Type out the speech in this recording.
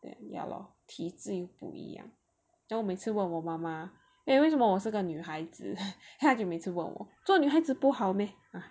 then ya lor 体制不一样只要每次问我妈妈诶为什么我是个女孩子他每次问我做女孩子不好 meh